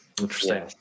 Interesting